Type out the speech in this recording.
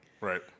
Right